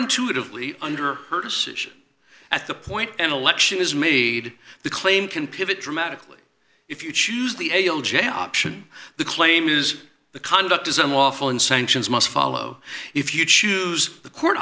intuitively under her decision at the point an election is made the claim can pivot dramatically if you choose the a l j option the claim is the conduct is unlawful and sanctions must follow if you choose the court